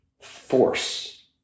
force